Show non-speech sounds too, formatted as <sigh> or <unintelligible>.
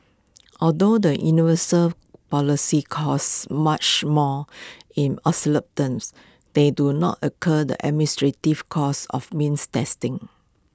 although the universal policies cost much more in <unintelligible> terms they do not occur the administrative costs of means testing